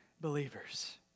believers